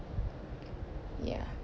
ya